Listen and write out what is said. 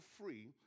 free